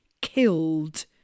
killed